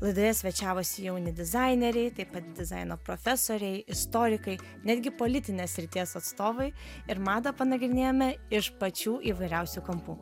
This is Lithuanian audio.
laidoje svečiavosi jauni dizaineriai taip pat dizaino profesoriai istorikai netgi politinės srities atstovai ir madą panagrinėjome iš pačių įvairiausių kampų